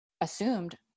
assumed